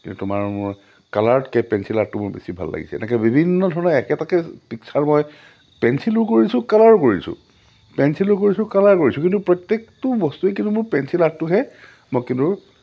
কিন্তু তোমাৰ মোৰ কালাৰতকৈ পেঞ্চিল আৰ্টটো মোৰ বেছি ভাল লাগিছে এনেকৈ বিভিন্ন ধৰণে একেটাকে পিক্সাৰ মই পেঞ্চিলো কৰিছোঁ কালাৰো কৰিছোঁ পেঞ্চিলো কৰিছোঁ কালাৰ কৰিছোঁ কিন্তু প্ৰত্যেকটো বস্তুৱেই কিন্তু মোৰ পেঞ্চিল আৰ্টটোহে মই কিন্তু